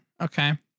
Okay